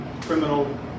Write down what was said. criminal